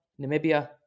Namibia